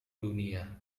dunia